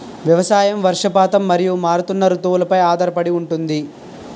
వ్యవసాయం వర్షపాతం మరియు మారుతున్న రుతువులపై ఆధారపడి ఉంటుంది